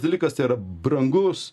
dalykas tai yra brangus